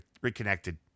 reconnected